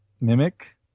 Mimic